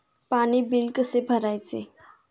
पाणी बिल कसे भरायचे?